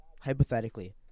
hypothetically